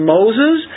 Moses